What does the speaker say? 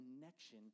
connection